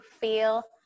feel